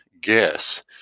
guess